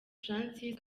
francis